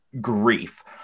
grief